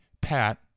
Pat